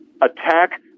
attack